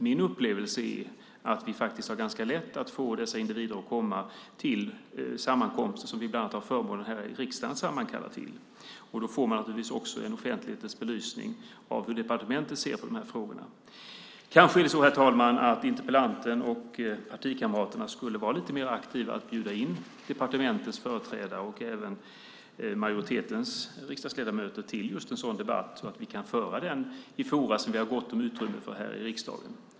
Min upplevelse är att det är ganska lätt att få dessa individer att komma till sammankomster som vi bland annat har förmånen här i riksdagen att sammankalla till. Då får man naturligtvis också en offentlighetens belysning av hur departementen ser på dessa frågor. Kanske är det så att Marianne Berg och hennes partikamrater skulle vara lite mer aktiva i att bjuda in departementens företrädare och även majoritetens riksdagsledamöter till en sådan debatt så att vi kan föra den i forum som vi har gott om utrymme för här i riksdagen.